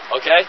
Okay